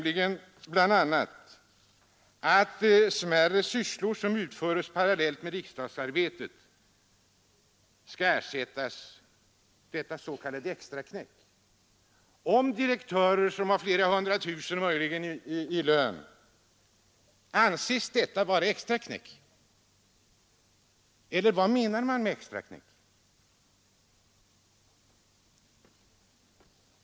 I motionen heter det: ”smärre sysslor som utföres parallellt med riksdagsarbetet skall ersättas — s.k. extraknäck”. Jag frågade: Anses det vara extraknäck när direktörer kanske har flera hundratusen kronor i lön, eller vad menar man med extraknäck?